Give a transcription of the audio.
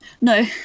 No